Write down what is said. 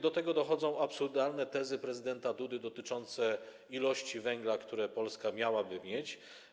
Do tego dochodzą absurdalne tezy prezydenta Dudy dotyczące ilości węgla, które Polska miałaby mieć.